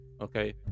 Okay